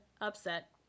upset